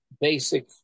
basic